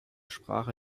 sprache